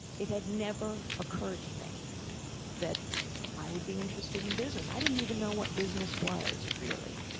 it had never occurred to me that i would be interested in business. i didn't even know what business was, really.